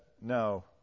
no